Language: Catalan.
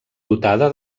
dotada